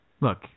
Look